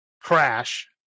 crash